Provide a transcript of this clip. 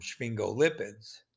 sphingolipids